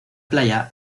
playa